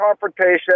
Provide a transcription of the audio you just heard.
confrontation